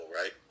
right